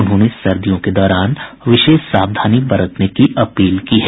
उन्होंने सर्दियों के दौरान विशेष सतर्कता बरतने की अपील की है